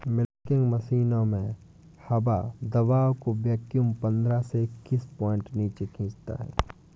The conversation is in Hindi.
मिल्किंग मशीनों में हवा दबाव को वैक्यूम पंद्रह से इक्कीस पाउंड नीचे खींचता है